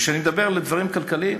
וכשאני מדבר על דברים כלכליים,